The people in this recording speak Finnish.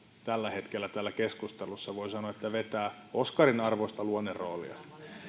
tällä hetkellä tässä keskustelussa voi sanoa vetää oscarin arvoista luonneroolia